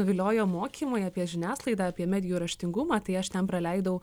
nuviliojo mokymai apie žiniasklaidą apie medijų raštingumą tai aš ten praleidau